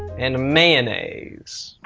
and mayonnaise.